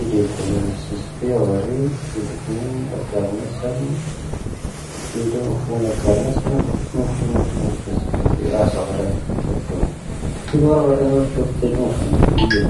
ⵉⴻⴷⵉⴷ, ⵙⴰⵙ ⵜⴻⴳⴰⵔⴻ, ⵉⴻⴷⵉⴽⵏⴻⵏⴻ, ⴰⴽⴰⵔ ⵏⴻⵙⴰⵏ, ⵉⴻⴷⵉⵎⵓⴼⵓⵏ ⴰⴽⴰⵔ ⵏⴻⵙⴰⵏ,. ⵓⵏⴼⵓⵏ ⴰⴷⵓⵏⴰⵜ ⵏⴻⵙⴰⵏ, ⴰⵙⴰⴳⴰⵔⴰⵏ ⴰⴷⵓⵏⴰⵜ. ⵉⴻⴷⵉⴷ, ⵙⴰⵙ ⵜⴻⴳⴰⵔⴻ, ⵉⴻⴷⵉⵎⵓⴼⵓⵏ ⴰⴷⵓⵏⵉⴰ.